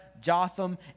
Jotham